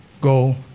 go